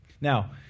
Now